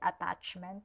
attachment